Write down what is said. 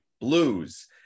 Blues